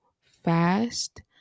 fast